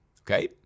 Okay